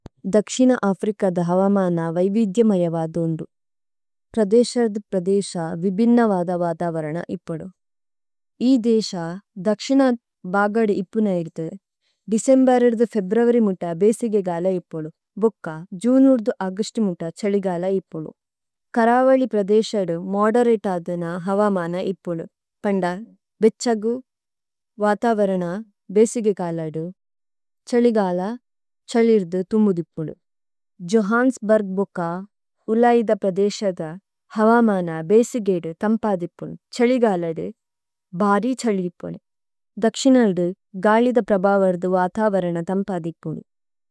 ദക്ഷിന ആപ്രികാദ ഹവാമാനാ വിബിദ്യമയവാദുംദു। പ്രദേശരദ പ്രദേശാ വിബിനവാദ വാതാവരണ ഇപ്പുദു। ഇദേശാ ദക്ഷിന ബാഗഡു ഇപ്പുനെയിടു, ഡിസേമ്ബരിദ ഫേബ്രവരി മുട്ട ബേസിഗെ ഗാളാ ഇപ്പുദു। ബുക്ക ജൂനൂര്ദു ആഗിഷ്ടു മുട്ട ചളിഗാളാ ഇപ്പുദു। കരാവലി പ്രദേശദു മൊഡരെടാദുന ഹവാമാന ഇപ്പുദു। പംഡാഹന് ബെച്ചഗു വാതാവരണ ബേസിഗെ ഗാളാഡു ചളിഗാളാ ചളിര്ദു തുമ്മുദിപ്പുദു। ജോഹാംസ് ബര്ഗ് ബുകാ ഉല്ലായിദ പ്രദേശദു ഹവാമാന ബേസിഗെഡു തമ്പാദിപ്പു। ചളിഗാളഡു ബാരി ചളിപ്പു। ദക്ഷിനല്ഡു ഗാളിദ പ്രഭാവര്ദു ആതാവരണ തമ്പാദിപ്പു।